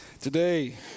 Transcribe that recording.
Today